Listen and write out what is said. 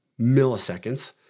milliseconds